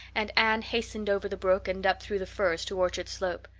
and anne hastened over the brook and up through the firs to orchard slope.